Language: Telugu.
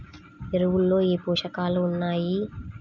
ఎరువులలో ఏ పోషకాలు ఉన్నాయి?